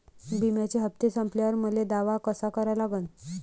बिम्याचे हप्ते संपल्यावर मले दावा कसा करा लागन?